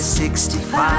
65